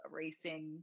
racing